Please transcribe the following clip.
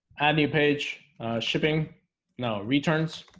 add new page shipping now returns